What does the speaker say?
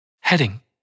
Heading